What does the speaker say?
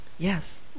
Yes